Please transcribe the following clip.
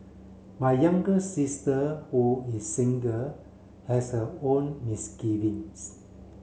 my younger sister who is single has her own misgivings